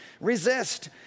resist